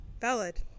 valid